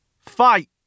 Fight